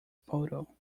poodle